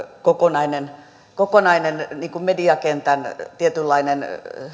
kokonainen kokonainen mediakentän tietynlainen